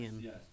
yes